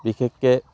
বিশেষকৈ